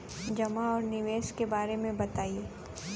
जमा और निवेश के बारे मे बतायी?